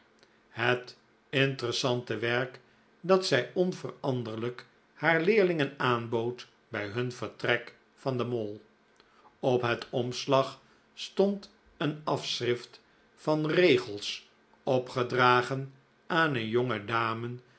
het interessante werk dat zij onveranderlijk haar leerlingen aanbood bij hun vertrek van de mall op het omslag stond een afschrift van regels opgedragen aan een